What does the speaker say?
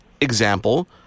example